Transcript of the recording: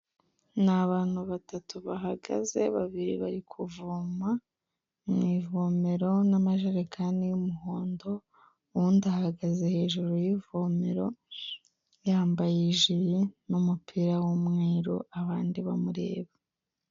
Ni abantu batatu bahagaze babiri bari kuvoma mu ivomero n'amajerekani y'umuhondo, uwundi ahagaze hejuru y'ivomero yambaye ijiri n'umupira w'umweru, abandi bamureba.